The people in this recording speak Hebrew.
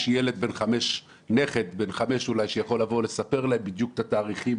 יש לי נכד בן חמש שאולי יכול לבוא לספר להם בדיוק את התאריכים,